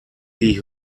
die